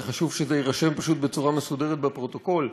זה חשוב שזה יירשם בצורה מסודרת בפרוטוקול: